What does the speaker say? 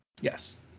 Yes